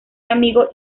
amigo